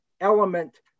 element